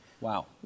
Wow